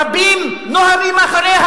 רבים נוהרים אחריה.